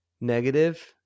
negative